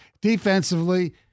defensively